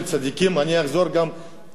אני אחזור גם על זה.